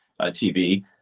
TV